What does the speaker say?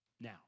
Now